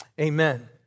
Amen